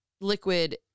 liquid